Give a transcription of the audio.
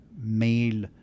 male